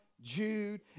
jude